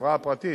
החברה הפרטית,